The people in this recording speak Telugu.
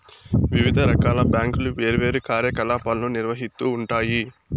వివిధ రకాల బ్యాంకులు వేర్వేరు కార్యకలాపాలను నిర్వహిత్తూ ఉంటాయి